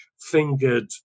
fingered